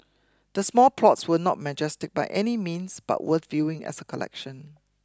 the small plots were not majestic by any means but worth viewing as a collection